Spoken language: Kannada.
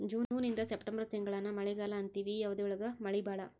ಜೂನ ಇಂದ ಸೆಪ್ಟೆಂಬರ್ ತಿಂಗಳಾನ ಮಳಿಗಾಲಾ ಅಂತೆವಿ ಈ ಅವಧಿ ಒಳಗ ಮಳಿ ಬಾಳ